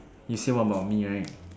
you say what about me right